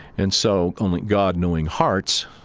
and so, only god-knowing hearts